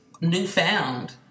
newfound